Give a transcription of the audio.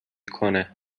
کنه